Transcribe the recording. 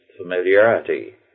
familiarity